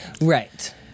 Right